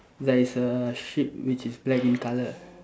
there is a sheep which is black in colour